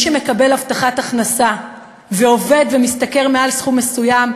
שמקבל הבטחת הכנסה ועובד ומשתכר מעל סכום מסוים,